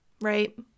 Right